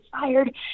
fired